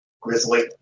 Grizzly